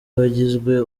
wagizwe